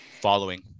following